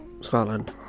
Scotland